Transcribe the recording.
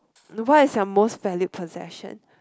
what is your most valued possession